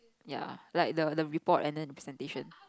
ya like the the report and then the presentation